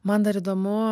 man dar įdomu